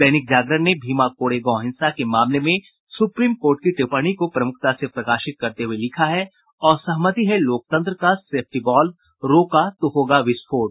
दैनिक जागरण ने भीमा कोरे गांव हिंसा के मामले में सुप्रीम कोर्ट की टिप्पणी को प्रमुखता से प्रकाशित करते हुये लिखा है असहमति है लोकतंत्र का सेफ्टी वॉल्व रोका तो होगा विस्फोट